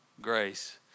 grace